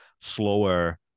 slower